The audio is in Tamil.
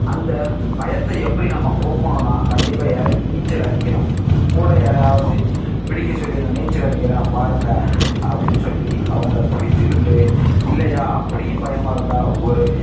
அந்தப் பயத்தை எப்படி நம்ம போக்கணுன்னால் கண்டிப்பாக இறங்கி நீச்சல் அடிக்கணும் கூட யாரையாவது பிடிக்கச் சொல்லி நான் நீச்சல் அடிக்கிறேன் பாருங்கள் அப்படின்னு சொல்லி அவங்கள பிடித்துக்கொண்டு இல்லையா அப்படியும் பயமாக இருந்தால் ஒரு